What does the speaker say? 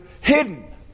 hidden